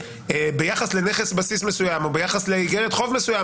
ביחס לנכס בסיס מסוים או ביחס לאיגרת חוב מסוים,